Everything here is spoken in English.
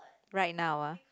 right now ah